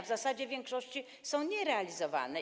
W zasadzie w większości są nierealizowane.